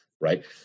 right